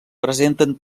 presenten